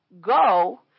go